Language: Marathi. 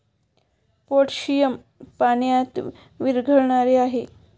पोटॅशियम पाण्यात विरघळणारे आहे